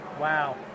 Wow